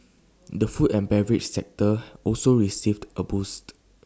the food and beverage sector also received A boost